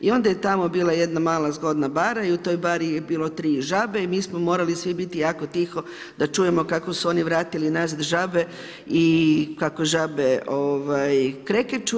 I onda je tamo bila jedna mala zgodna bara i u toj bari je bilo 3 žabe i mi smo morali svi biti jako tiho, da čujemo kako su oni vratili nas žabe i kako žabe krekeću.